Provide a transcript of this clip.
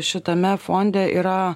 šitame fonde yra